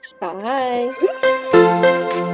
Bye